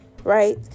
right